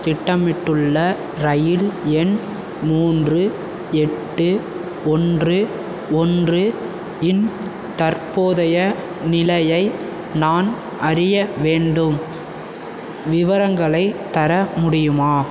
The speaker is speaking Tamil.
திட்டமிட்டுள்ள இரயில் எண் மூன்று எட்டு ஒன்று ஒன்று இன் தற்போதைய நிலையை நான் அறிய வேண்டும் விவரங்களை தர முடியுமா